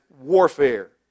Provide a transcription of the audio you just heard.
warfare